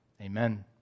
Amen